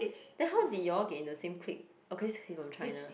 then how did you all get in the same clique oh cause he from China